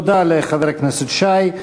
תודה לחבר הכנסת שי.